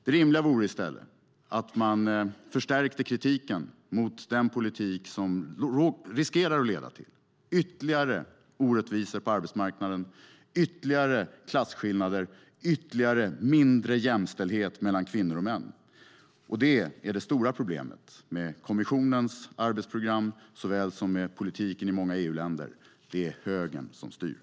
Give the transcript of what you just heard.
Det rimliga vore i stället att man förstärkte kritiken mot den politik som riskerar att leda till ytterligare orättvisor på arbetsmarknaden, ytterligare klasskillnader och ännu mindre jämställdhet mellan kvinnor och män. Det är det stora problemet med kommissionens arbetsprogram likaväl som med politiken i många EU-länder. Det är högern som styr.